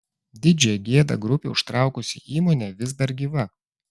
didžiąją gėdą grupei užtraukusi įmonė vis dar gyva